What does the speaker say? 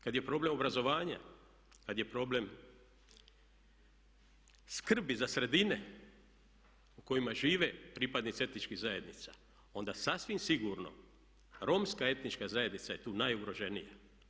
Kad je problem obrazovanja, kad je problem skrbi za sredine u kojima žive pripadnici etničkih zajednica onda sasvim sigurno romska etnička zajednica je tu najugroženija.